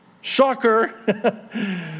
Shocker